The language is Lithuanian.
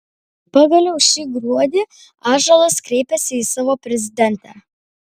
pagaliau šį gruodį ąžuolas kreipiasi į savo prezidentę